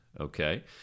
Okay